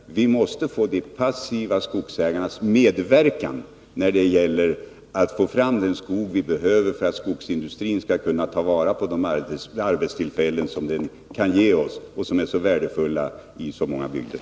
Vi måste få de passiva skogsägarnas medverkan när det gäller att få fram den skog som vi behöver för att skogsindustrin skall kunna ta vara på de arbetstillfällen som den kan ge oss och som är så värdefulla i så många bygder.